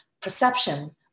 perception